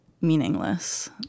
meaningless